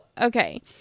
okay